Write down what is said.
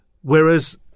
Whereas